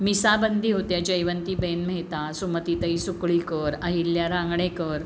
मीसाबंदी होत्या जयवंतीबेन मेहता सुमतीताई सुकळीकर आहिल्या रांगणेकर